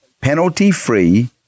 penalty-free